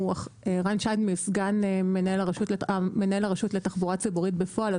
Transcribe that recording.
הוא סגן מנהל הרשות לתחבורה ציבורית בפועל,